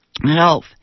health